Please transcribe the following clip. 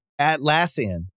Atlassian